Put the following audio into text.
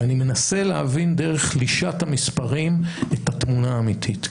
אני מנסה להבין דרך לישת המספרים את התמונה האמיתית.